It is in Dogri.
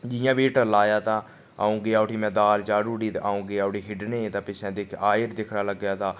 जि'यां बी हीटर लाया तां अ'ऊं गेआ उठी मैं दाल चाढ़ी ओड़ी ते अ'ऊं गेआ उठी खेढने गी ते पिच्छे आए दिक्खना लग्गेआ तां